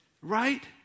Right